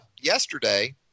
yesterday